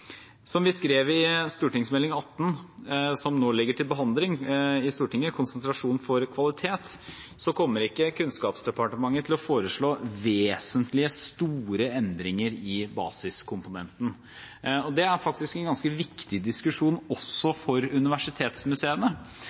behandling i Stortinget, Konsentrasjon for kvalitet, kommer ikke Kunnskapsdepartementet til å foreslå vesentlig store endringer i basiskomponenten. Det er faktisk en ganske viktig diskusjon også for universitetsmuseene,